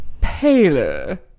Paler